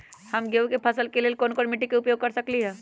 हम गेंहू के फसल के लेल कोन मिट्टी के उपयोग कर सकली ह?